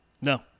no